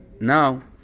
now